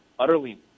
Utterly